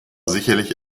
sicherlich